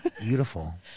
beautiful